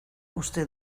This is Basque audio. uste